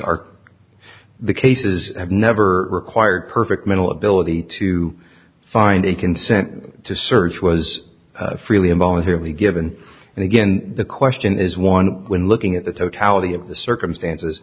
are the cases i have never required perfect mental ability to find a consent to search was freely and voluntarily given and again the question is one when looking at the totality of the circumstances